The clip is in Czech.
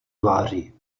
tváří